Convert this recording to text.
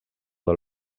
del